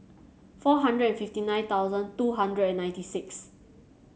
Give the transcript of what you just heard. four hundred and fifty nine thousand two hundred and ninety six